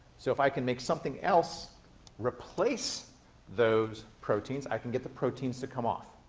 so if i can make something else replace those proteins, i can get the proteins to come off.